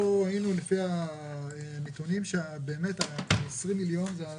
ראינו על פי הנתונים ש-20 מיליון שקל